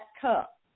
cup